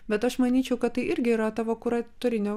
bet aš manyčiau kad tai irgi yra tavo kuratorinio